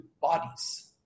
bodies